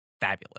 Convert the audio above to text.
fabulous